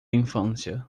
infância